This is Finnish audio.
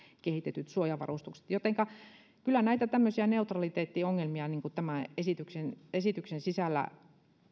kehitetyt suojavarustukset kyllä näitä tämmöisiä neutraliteettiongelmia tämän esityksen esityksen sisällä